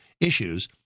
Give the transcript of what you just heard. issues